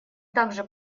также